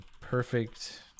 perfect